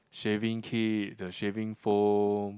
shaving kit the shaving foam